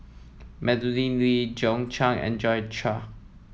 Madeleine Lee John Clang and Joi Chua